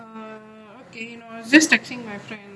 err okay no I'm just texting my friend